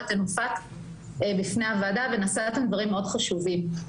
אתן הופעתן בפני הוועדה ונשאתן דברים מאוד חשובים.